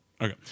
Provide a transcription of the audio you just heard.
Okay